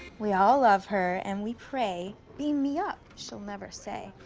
we all love her and we pray, beam me up, she'll never say.